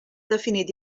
definit